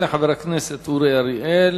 תודה לחבר הכנסת אורי אריאל.